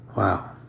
Wow